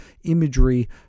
imagery